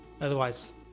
Otherwise